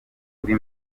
kuri